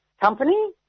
company